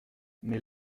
mais